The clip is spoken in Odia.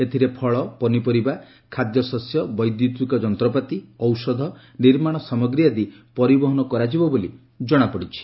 ଏଥିରେ ଫଳ ପନିପରିବା ଖାଦ୍ୟଶସ୍ୟ ବୈଦ୍ୟୁତିକ ଯନ୍ତପାତି ଔଷଧ ନିର୍ମାଣ ସାମଗ୍ରୀ ଆଦି ପରିବହନ କରାଯିବ ବୋଲି ଜଣାପଡ଼ିଛି